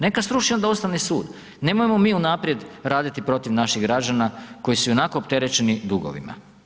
Neka sruši onda Ustavni sud, nemojmo mi unaprijed raditi protiv naših građana koji su ionako opterećeni dugovima.